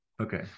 Okay